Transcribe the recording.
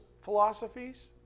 philosophies